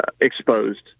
exposed